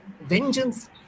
vengeance